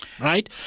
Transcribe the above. right